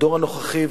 הדור הנוכחי,